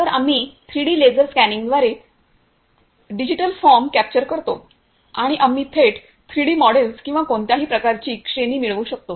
तर आम्ही 3 D laser स्कॅनिंगद्वारे डिजीटल फॉर्म कॅप्चर करतो आणि आम्ही थेट 3 डी मॉडेल्स किंवा कोणत्याही प्रकारची श्रेणी मिळवू शकतो